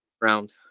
round